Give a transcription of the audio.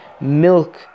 milk